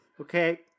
Okay